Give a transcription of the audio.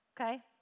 Okay